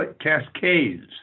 cascades